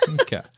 Okay